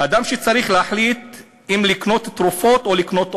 אדם שצריך להחליט אם לקנות תרופות או לקנות אוכל,